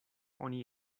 oni